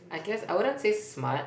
I guess I wouldn't say smart